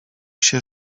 się